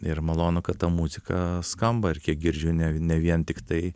ir malonu kad ta muzika skamba ir kiek girdžiu ne ne vien tiktai